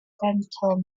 continental